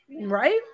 Right